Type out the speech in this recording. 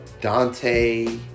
Dante